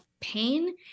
pain